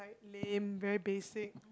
lame very basic